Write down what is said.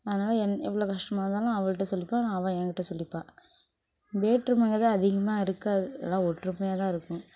அதனால என் எவ்வளோ கஷ்டமாக இருந்தாலும் அவள்கிட்ட சொல்லிப்பேன் அவள் எங்கிட்ட சொல்லிப்பாள் வேற்றுமைங்கிறது அதிகமாக இருக்காது எல்லாம் ஒற்றுமையாக தான் இருக்கும்